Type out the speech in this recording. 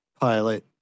pilot